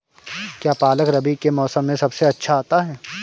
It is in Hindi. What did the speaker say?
क्या पालक रबी के मौसम में सबसे अच्छा आता है?